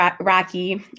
Rocky